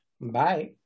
Bye